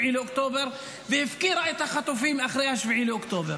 באוקטובר והפקירה את החטופים אחרי 7 באוקטובר.